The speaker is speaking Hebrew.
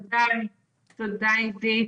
תודה עידית.